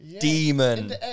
demon